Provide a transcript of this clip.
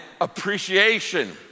appreciation